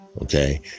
Okay